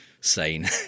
sane